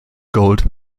gold